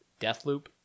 Deathloop